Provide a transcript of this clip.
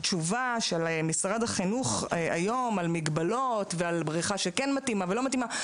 התשובה של משרד החינוך היום על מגבלות ועל בריכה שכן מתאימה ולא מתאימה,